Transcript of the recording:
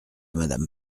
madame